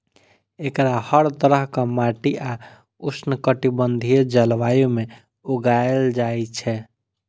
एकरा हर तरहक माटि आ उष्णकटिबंधीय जलवायु मे उगायल जाए छै